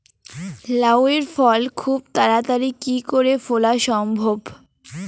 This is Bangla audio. লাউ এর ফল খুব তাড়াতাড়ি কি করে ফলা সম্ভব?